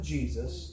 Jesus